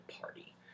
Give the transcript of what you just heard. party